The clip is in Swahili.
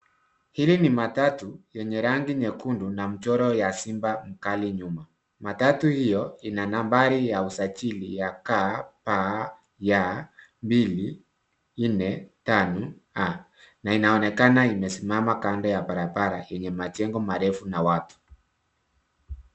Hili ni matatu yenye rangi nyekundu na mchoro ya simba mkali nyuma. Matatu hio, ina nambari ya usajili ya KPY 245A, na inaonekana imesimama kando ya barabara, yenye majengo marefu na watu.